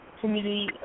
community